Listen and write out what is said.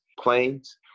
planes